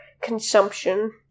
consumption